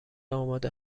آماده